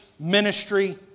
ministry